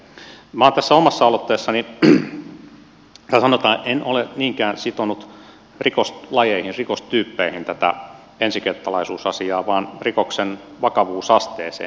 minä tässä omassa aloitteessani en ole niinkään sitonut rikoslajeihin rikostyyppeihin tätä ensikertalaisuusasiaa vaan rikoksen vakavuusasteeseen